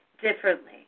differently